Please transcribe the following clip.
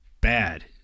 bad